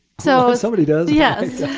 so somebody does. yes.